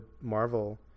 Marvel